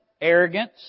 Arrogance